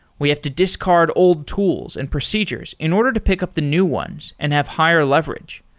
we have to discard old tools and procedures in order to pick up the new ones and have higher leverage.